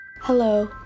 Hello